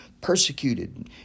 persecuted